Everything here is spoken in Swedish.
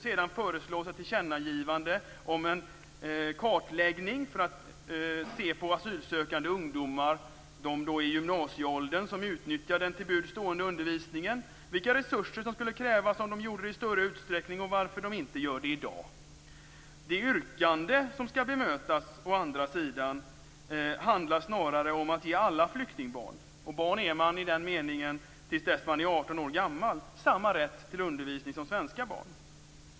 Vidare föreslås ett tillkännagivande om en kartläggning för att se på asylsökande ungdomar i gymnasieålder som utnyttjar den till buds stående undervisningen, vilka resurser som skulle krävas om de gjorde det i större utsträckning och varför de inte gör det i dag. Det yrkande som skall bemötas å andra sidan handlar snarare om att ge alla flyktingbarn - barn är man i den meningen tills man är 18 år gammal - samma rätt till undervisning som svenska barn.